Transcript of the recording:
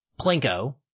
Plinko